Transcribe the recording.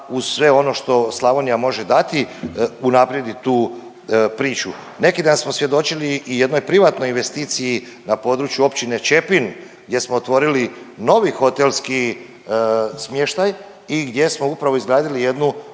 uz sve ono što Slavonija može dati unaprijedi tu priču. Neki dan smo svjedočili i jednoj privatnoj investiciji na području općine Čepin gdje smo otvorili novi hotelski smještaj i gdje smo upravo izgradili jednu